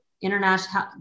international